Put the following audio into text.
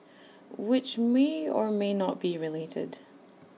which may or may not be related